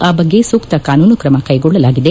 ಆ ಬಗ್ಗೆ ಸೂಕ್ತ ಕಾನೂನು ತ್ರಮ ಕೈಗೊಳ್ಳಲಾಗಿದೆ